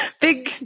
big